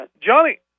Johnny